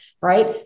Right